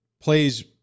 plays